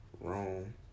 Rome